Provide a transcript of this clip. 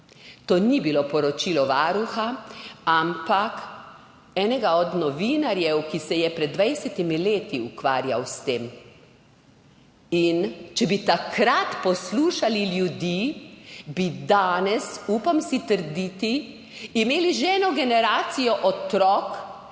To ni bilo poročilo Varuha, ampak enega od novinarjev, ki se je pred 20 leti ukvarjal s tem. Če bi takrat poslušali ljudi, bi danes, upam si trditi, imeli že eno generacijo otrok,